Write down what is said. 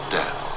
death